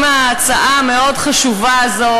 עם ההצעה המאוד-חשובה הזאת.